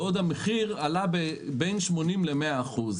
בעוד המחיר עלה בין 80% ל-100%.